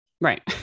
Right